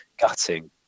gutting